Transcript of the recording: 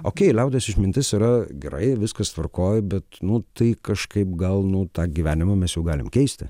okei liaudies išmintis yra gerai viskas tvarkoj bet nu tai kažkaip gal nu tą gyvenimą mes jau galim keisti